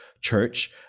church